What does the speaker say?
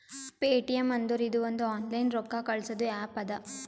Paytm ಅಂದುರ್ ಇದು ಒಂದು ಆನ್ಲೈನ್ ರೊಕ್ಕಾ ಕಳ್ಸದು ಆ್ಯಪ್ ಅದಾ